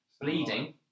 Bleeding